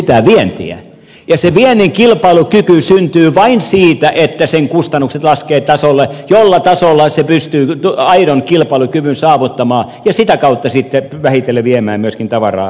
ja se viennin kilpailukyky syntyy vain siitä että sen kustannukset laskevat tasolle jolla tasolla se pystyy aidon kilpailukyvyn saavuttamaan ja sitä kautta sitten vähitellen viemään myöskin tavaraa ulkomaille